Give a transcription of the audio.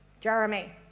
Jeremy